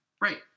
Right